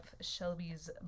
Shelby's